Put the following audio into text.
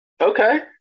Okay